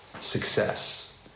success